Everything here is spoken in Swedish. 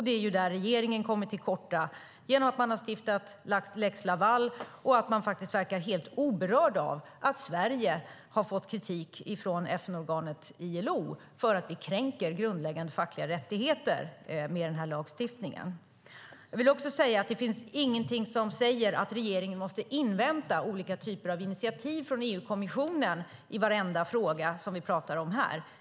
Det är där regeringen kommer till korta genom att man har stiftat lex Laval och att man faktiskt verkar helt oberörd av att Sverige har fått kritik från FN-organet ILO för att vi kränker grundläggande fackliga rättigheter med den här lagstiftningen. Det finns inget som säger att regeringen måste invänta olika initiativ från EU-kommissionen i varenda fråga som vi debatterar här.